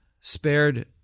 spared